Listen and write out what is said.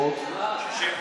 התקציב (תיקון מס' 53) (שנת תקציב המשכי),